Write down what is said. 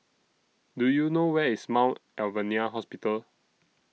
Do YOU know Where IS Mount Alvernia Hospital